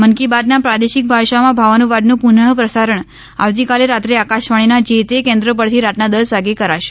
મન કી બાતના પ્રાદેશિક ભાષાઓમાં ભાવાનુવાદનું પુનઃ પ્રસારણ આવતીકાલે રાત્રે આકાશવાણીના જે તે કેન્દ્રો પરથી રાતના દસ વાગે કરાશે